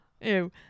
Ew